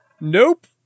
Nope